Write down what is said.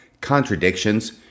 contradictions